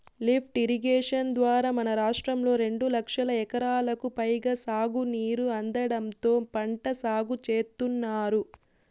lift irrigation ద్వారా మన రాష్ట్రంలో రెండు లక్షల ఎకరాలకు పైగా సాగునీరు అందడంతో పంట సాగు చేత్తున్నారు